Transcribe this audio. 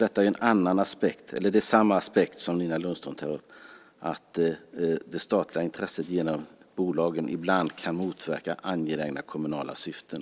Detta är samma aspekt som Nina Lundström tar upp, att det statliga intresset genom bolagen ibland kan motverka angelägna kommunala syften.